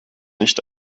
nicht